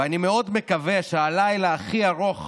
ואני מאוד מקווה שהלילה הכי ארוך